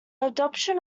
adoption